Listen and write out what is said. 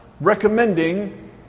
recommending